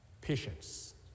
patience